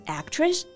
actress